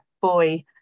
boy